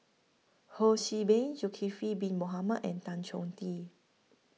Ho See Beng Zulkifli Bin Mohamed and Tan Chong Tee